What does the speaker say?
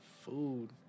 food